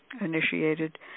initiated